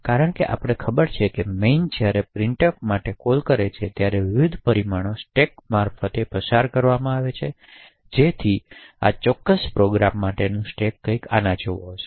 કારણ કે આપણે ખબર છે કે મેઇન જ્યારે printf માટે કોલ કરે છે ત્યારે વિવિધ પરિમાણો સ્ટેક મારફતે પસાર કરવામાં આવે જેથી આ ચોક્કસ પ્રોગ્રામ માટે સ્ટેક કંઈક આના જેવો હશે